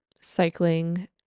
cycling